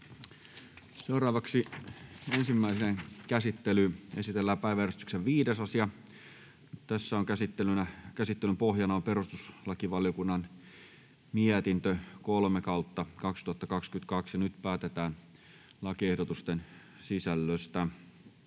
Content: Ensimmäiseen käsittelyyn esitellään päiväjärjestyksen 5. asia. Käsittelyn pohjana on perustuslakivaliokunnan mietintö PeVM 3/2022 vp. Nyt päätetään lakiehdotuksen sisällöstä.